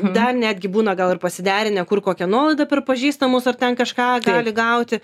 dar netgi būna gal ir pasiderinę kur kokia nuolaida per pažįstamus ar ten kažką gali gauti